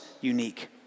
unique